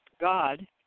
God